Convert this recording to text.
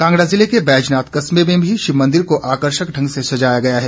कांगड़ा जिले के बैजनाथ कस्बे में भी शिव मंदिर को आकर्षक ढंग से सजाया गया है